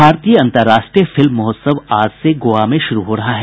भारतीय अंतर्राष्ट्रीय फिल्म महोत्सव आज से गोवा में शुरू हो रहा है